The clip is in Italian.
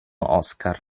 oscar